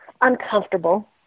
uncomfortable